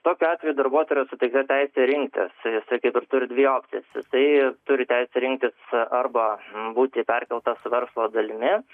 tokiu atveju darbuotojui yra suteikta teisė rinktis jisai kaip ir turi dvi opcijas jisai turi teisę rinktis arba būti perkeltas verslo dalimi